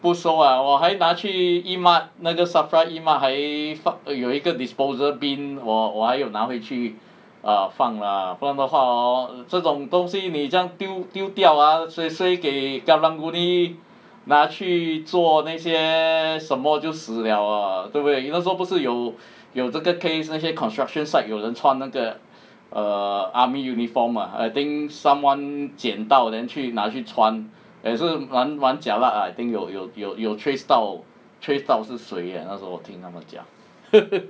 不收了我还拿去 e-mart 那个 safra e-mart 还放有一个 disposal bin 我我还有拿回去 err 放 lah 不然的话 hor 这种东西你这样丢丢掉 suay suay 给 karung guni 拿去做那些什么就死了 ah 对不对你那时候不是有有这个 case 那些 construction site 有人穿那个 err army uniform ah I think someone 捡到 then 去拿去穿也是蛮蛮 jialat ah I think 有有有有 trace 到 trace 到是谁 ah 那时候我听他们讲